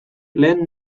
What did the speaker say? lehen